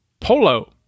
Polo